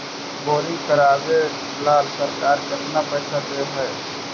Boring करबाबे ल सरकार केतना पैसा दे है?